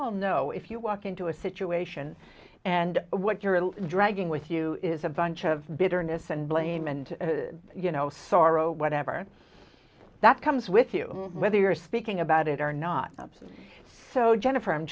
all know if you walk into a situation and what you're dragging with you is a bunch of bitterness and blame and you know sorrow whatever that comes with you whether you're speaking about it or not so jennifer i'm